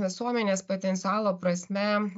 visuomenės potencialo prasme